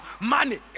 Money